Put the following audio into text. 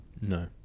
no